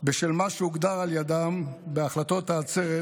בשל מה שהוגדר על ידם בהחלטות העצרת